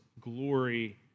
glory